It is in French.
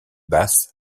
basse